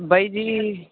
ਬਾਈ ਜੀ